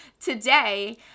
today